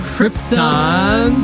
Krypton